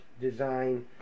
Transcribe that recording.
design